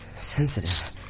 sensitive